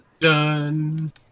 done